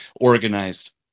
organized